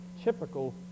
typical